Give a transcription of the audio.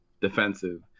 defensive